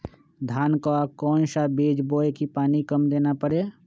धान का कौन सा बीज बोय की पानी कम देना परे?